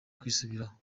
kwisubiraho